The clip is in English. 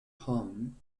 home